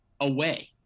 away